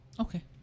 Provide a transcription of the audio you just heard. Okay